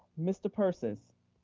mr. persis.